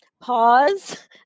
pause